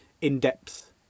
in-depth